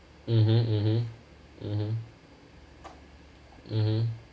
mmhmm mmhmm mmhmm mmhmm